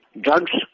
Drugs